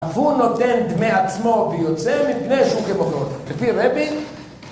אף הוא נותן דמי עצמו ויוצא מפני שהוא כמוכרו לו. לפי רבי